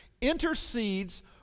intercedes